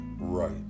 right